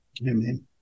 Amen